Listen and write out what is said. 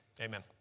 amen